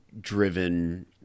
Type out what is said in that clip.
driven